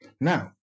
now